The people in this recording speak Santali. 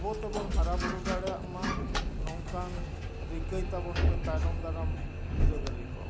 ᱟᱵᱚᱛᱮᱵᱚᱱ ᱦᱟᱨᱟ ᱵᱩᱨᱩ ᱫᱟᱲᱮᱭᱟᱜ ᱢᱟ ᱱᱚᱝᱠᱟᱱ ᱨᱤᱠᱟᱹᱭ ᱛᱟᱵᱚᱱ ᱯᱮ ᱛᱟᱭᱱᱚᱢ ᱫᱟᱨᱟᱢ ᱵᱤᱨᱟᱹᱫᱟᱹᱞᱤ ᱠᱚ